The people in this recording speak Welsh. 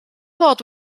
fod